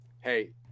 Hey